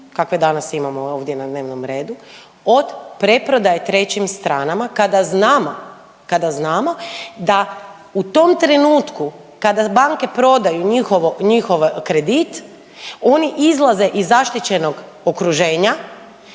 kakve danas imamo ovdje na dnevnom redu od preprodaje trećim stranama kada znamo, kada znamo da u tom trenutku kada banke prodaju njihovo, njihov kredit oni izlaze iz zaštićenog okruženja